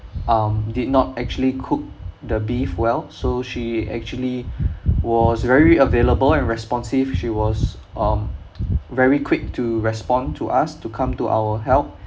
um did not actually cook the beef well so she actually was very available and responsive she was um very quick to respond to us to come to our help